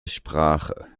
sprache